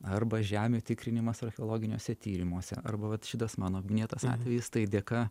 arba žemių tikrinimas archeologiniuose tyrimuose tai dėka